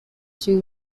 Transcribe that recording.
two